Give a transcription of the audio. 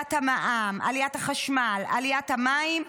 עליית המע"מ, עליית החשמל, עליית המים,